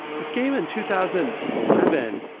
this game in two thousand eleven,